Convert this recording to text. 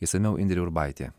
išsamiau indrė urbaitė